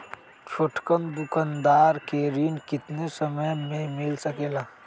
छोटकन दुकानदार के ऋण कितने समय मे मिल सकेला?